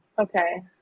okay